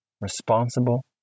responsible